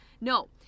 No